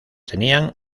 tenían